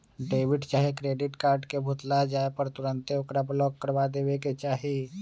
debit चाहे credit card के भुतला जाय पर तुन्ते ओकरा ब्लॉक करबा देबेके चाहि